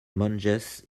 monges